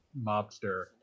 mobster